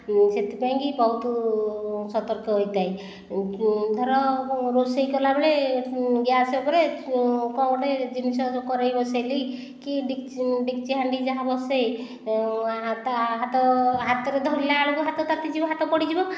ସେଥିପାଇଁକି ବହୁତ ସତର୍କ ହୋଇଥାଏ ଧର ରୋଷେଇ କଲାବେଳେ ଗ୍ୟାସ୍ ଉପରେ କ'ଣ ଗୋଟିଏ ଜିନିଷ ଯେଉଁ କଡ଼େଇ ବସାଇଲି କି ଡେକ୍ଚି ହାଣ୍ଡି ଯାହା ବସାଏ ତା' ହାତ ହାତରେ ଧରିଲାବେଳକୁ ହାତ ତାତିଯିବ ହାତ ପୋଡ଼ିଯିବ